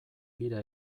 bira